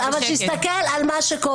שיהיה לו לבריאות, אבל שיסתכל על מה שקורה.